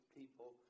people